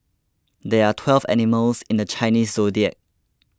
there are twelve animals in the Chinese zodiac